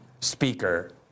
Speaker